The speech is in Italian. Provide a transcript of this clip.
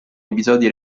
episodi